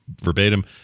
verbatim